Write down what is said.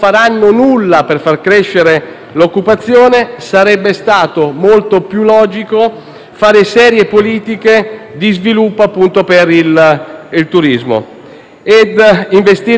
l'occupazione, sarebbe stato molto più logico fare serie politiche di sviluppo per il turismo ed investire in questo settore